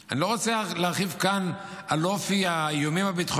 אני לא רוצה להרחיב כאן על אופי האיומים הביטחוניים